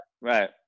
Right